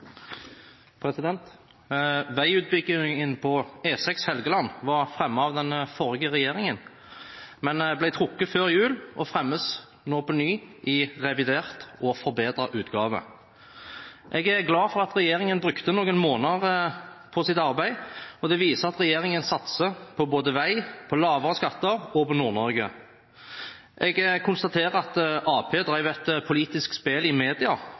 Veiutbyggingen på E6 Helgeland var fremmet av den forrige regjeringen, men ble trukket før jul og fremmes nå på nytt i revidert og forbedret utgave. Jeg er glad for at regjeringen brukte noen måneder på sitt arbeid. Det viser at regjeringen satser både på vei, på lavere skatter og på Nord-Norge. Jeg konstaterer at Arbeiderpartiet drev et politisk spill i media,